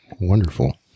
Wonderful